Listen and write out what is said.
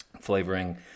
flavoring